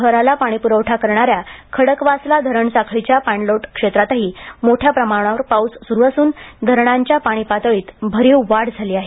शहराला पाणी पुरवठा करणाऱ्या खडकवासला धरण साखळीच्या पाणलोट क्षेत्रातही मोठ्या प्रमाणावर पाऊस सुरु असून धरणांच्या पाणी पातळीत भरीव वाढ झाली आहे